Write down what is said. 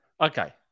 okay